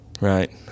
Right